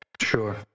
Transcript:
Sure